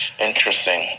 interesting